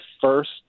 first